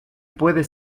puede